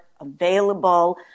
available